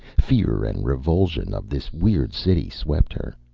fear and revulsion of this weird city swept her.